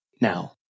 now